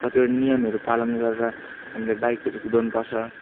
कतिवटा नियमहरू पालन गरेर हामीले बाइकहरू कुदाउनु पर्छ